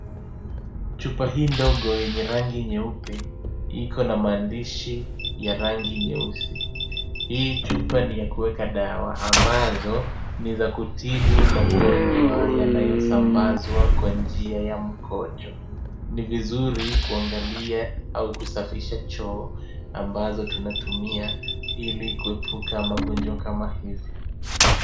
Chupa hii ndogo yenye rangi nyeupe iko na maandishi ya rangi nyeusi. Hii chupa ni ya kuweka dawa ambazo ni za kutibu magonjwa yanayosambazwa kwa njia ya mkojo. Ni vizuri kuangalia au kusafisha choo ambazo tunatumia, ili kuepuka magonjwa kama hizi.